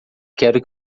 quero